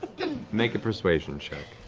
and make a persuasion check.